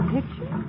picture